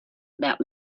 about